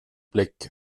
blick